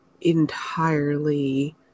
entirely